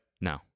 no